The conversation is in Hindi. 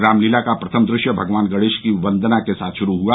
रामलीला का प्रथम दृश्य भगवान गणेश की वंदना के साथ शुरू हुआ